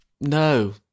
No